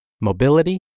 mobility